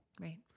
Right